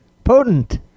Potent